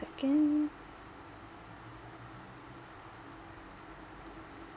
second